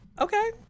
Okay